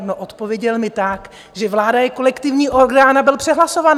No, odpověděl mi tak, že vláda je kolektivní orgán a byl přehlasován.